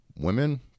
women